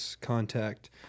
contact